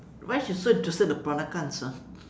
why she so interested in the peranakans ah